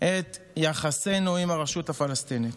את יחסינו עם הרשות הפלסטינית.